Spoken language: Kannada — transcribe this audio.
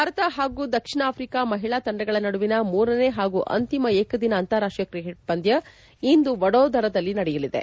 ಭಾರತ ಹಾಗೂ ದಕ್ಷಿಣ ಆಫ್ರಿಕಾ ಮಹಿಳಾ ತಂಡಗಳ ನಡುವಿನ ಮೂರನೇ ಹಾಗೂ ಅಂತಿಮ ಏಕದಿನ ಅಂತಾರಾಷ್ಷೀಯ ಕ್ರಿಕೆಟ್ ಪಂದ್ಯ ಇಂದು ವಡೋದರದಲ್ಲಿ ನಡೆಯಲಿದೆ